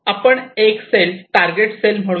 आपण एक cell ' target' cell म्हणूया